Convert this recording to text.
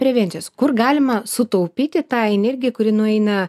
prevencijos kur galima sutaupyti tą energiją kuri nueina